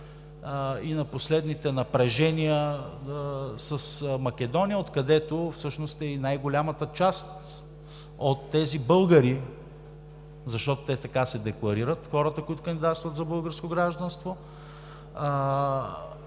и на последните напрежения с Македония, откъдето всъщност е и най-голямата част от тези българи, защото така се декларират хората, които кандидатстват за българско гражданство,